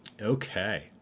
Okay